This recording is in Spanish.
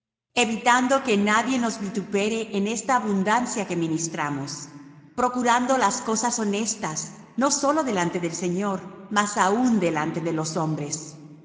evitando que nadie nos vitupere en esta abundancia que ministramos procurando las cosas honestas no sólo delante del señor mas aun delante de los hombres